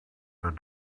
but